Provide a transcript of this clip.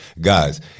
Guys